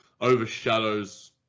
overshadows